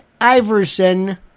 Iverson